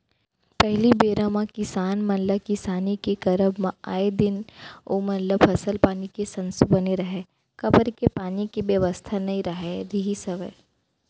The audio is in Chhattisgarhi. पहिली बेरा म किसान मन ल किसानी के करब म आए दिन ओमन ल फसल पानी के संसो बने रहय काबर के पानी के बेवस्था नइ राहत रिहिस हवय